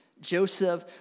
Joseph